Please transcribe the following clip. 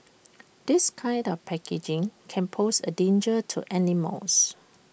this kind of packaging can pose A danger to animals